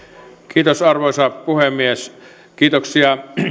kiitos arvoisa puhemies kiitoksia